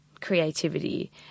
creativity